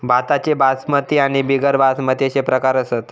भाताचे बासमती आणि बिगर बासमती अशे प्रकार असत